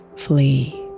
flee